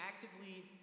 actively